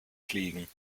fliegen